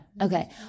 Okay